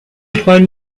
find